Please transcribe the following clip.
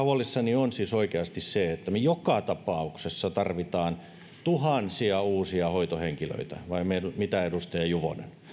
huolissani on siis oikeasti se että me joka tapauksessa tarvitsemme tuhansia uusia hoitohenkilöitä vai mitä edustaja juvonen